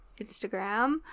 instagram